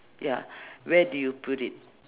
ya where do you put it